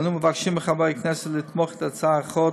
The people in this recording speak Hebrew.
אנו מבקשים מחברי הכנסת לתמוך בהצעת החוק,